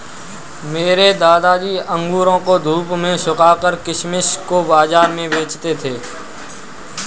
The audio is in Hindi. मेरे दादाजी अंगूरों को धूप में सुखाकर किशमिश को बाज़ार में बेचते थे